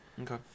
Okay